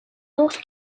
north